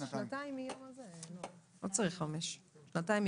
לא צריך חמש שנים.